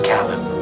Callan